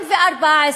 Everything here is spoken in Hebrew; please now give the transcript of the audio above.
ויכוחים.